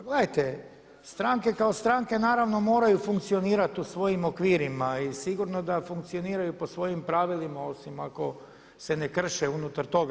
Gledajte, stranke kao stranke naravno moraju funkcionirati u svojim okvirima i sigurno da funkcioniraju po svojim pravilima osim ako se ne krše unutar toga.